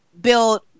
build